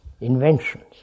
inventions